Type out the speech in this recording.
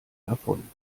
davon